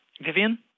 Vivian